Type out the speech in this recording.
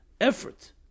Effort